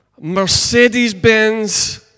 Mercedes-Benz